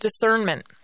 discernment